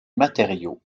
matériau